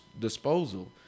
disposal